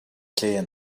clear